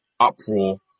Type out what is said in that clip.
uproar